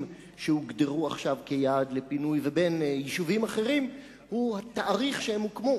שהוגדרו עכשיו כיעד לפינוי לבין יישובים אחרים הוא תאריך הקמתם.